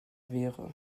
wäre